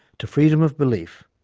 to freedom of belief,